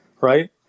right